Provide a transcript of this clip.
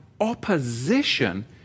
opposition